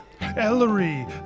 Ellery